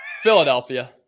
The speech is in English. Philadelphia